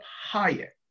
higher